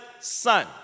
son